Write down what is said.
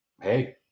Hey